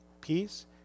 peace